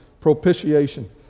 propitiation